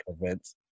events